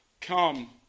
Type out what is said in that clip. come